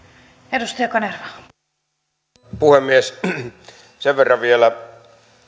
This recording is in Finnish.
arvoisa puhemies sen verran vielä